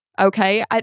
okay